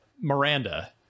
Miranda